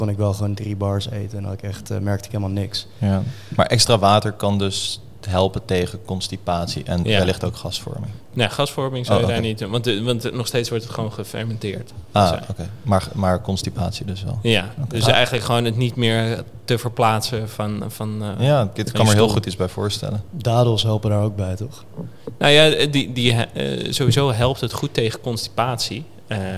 kon ik wel gewoon drie bars eten en dan had ik echt, eh, merkte ik helemaal niks. Ja. Maar extra water kan dus helpen tegen constipatie en Ja. wellicht ook gasvorming? Nee, gasvorming zou Oh, je daar oké. niet- want, eh, want nog steeds wordt het gewoon gefermenteerd. Ah, Dus, eh, oké. Maar- maar constipatie dus wel? Ja, Oké. dus Ah. eigenlijk gewoon het niet meer te verplaatsen van- van, eh, Ja, dit van kan je me heel stoel. goed iets bij voorstellen. Dadels helpen daar ook bij, toch? Nou ja, eh, die- die he- eh, sowieso helpt het goed tegen constipatie, eh,